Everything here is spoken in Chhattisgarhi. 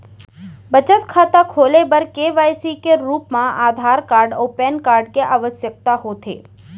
बचत खाता खोले बर के.वाइ.सी के रूप मा आधार कार्ड अऊ पैन कार्ड के आवसकता होथे